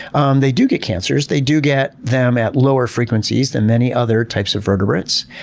and they do get cancers. they do get them at lower frequencies than many other types of vertebrates.